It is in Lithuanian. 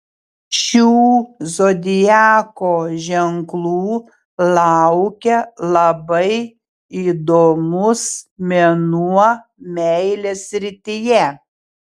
šių zodiako ženklų laukia labai įdomus mėnuo meilės srityje